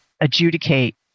adjudicate